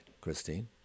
Christine